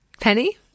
Penny